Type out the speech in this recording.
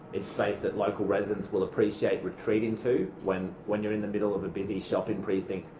it's space that local residents will appreciate retreating to. when when you're in the middle of a busy shopping precinct,